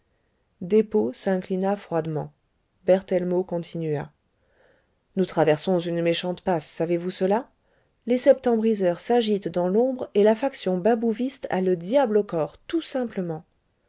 despaux s'inclina froidement berthellemot continua nous traversons une méchante passe savez-vous cela les septembriseurs s'agitent dans l'ombre et la faction babouviste a le diable au corps tout simplement